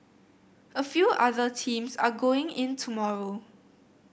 a few other teams are going in tomorrow